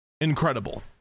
incredible